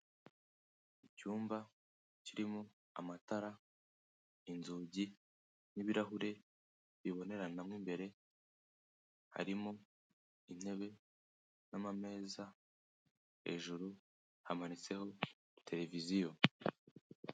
Icyumba kirimo amatara, inzugi n'ibirahure biboneranamo imbere, harimo intebe n'amameza, hejuru hamanitseho tereviziyo.